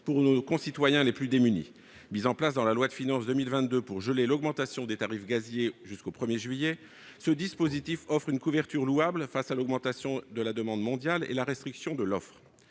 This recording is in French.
pour nos concitoyens les plus démunis. Mis en place en loi de finances pour 2022 afin de geler l'augmentation des tarifs gaziers jusqu'au 1 juillet, ce dispositif offre une couverture louable face à l'augmentation de la demande mondiale et la restriction de l'offre.